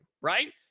right